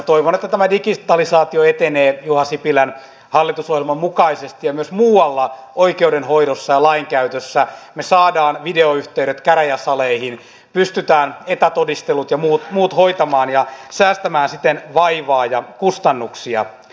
toivon että tämä digitalisaatio etenee juha sipilän hallitusohjelman mukaisesti ja myös muualla oikeudenhoidossa ja lainkäytössä me saamme videoyhteydet käräjäsaleihin pystymme etätodistelut ja muut hoitamaan ja säästämään siten vaivaa ja kustannuksia